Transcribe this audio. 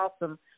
awesome